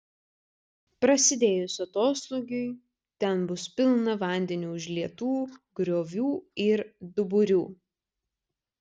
prasidėjus atoslūgiui ten bus pilna vandeniu užlietų griovų ir duburių